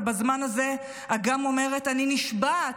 ובזמן הזה אגם אומרת: "אני נשבעת,